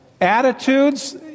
attitudes